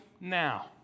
now